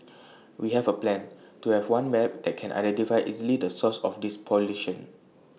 we have A plan to have one map that can identify easily the source of this pollution